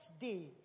day